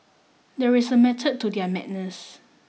there is a method to their madness